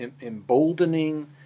emboldening